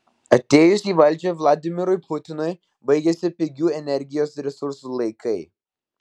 atėjus į valdžią vladimirui putinui baigėsi pigių energijos resursų laikai